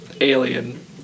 Alien